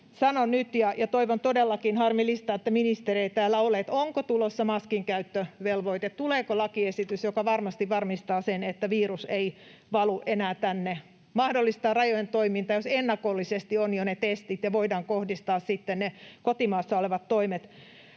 kysyn nyt ja toivon todellakin — harmillista, että ministeri ei täällä ole: onko tulossa maskinkäyttövelvoite, tuleeko lakiesitys, joka varmasti varmistaa sen, että virus ei valu enää tänne? Se mahdollistaa rajojen toiminnan, jos ennakollisesti on jo ne testit, ja voidaan kohdistaa sitten ne kotimaassa olevat toimet